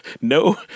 no